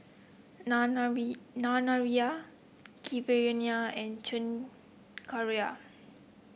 Naraina Keeravani and Chengara